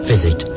Visit